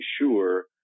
sure